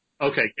Okay